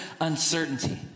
uncertainty